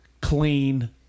clean